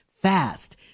fast